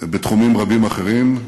ובתחומים רבים אחרים,